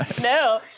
No